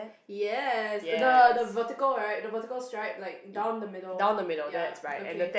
yes the the vertical right the vertical stripe like down the middle ya okay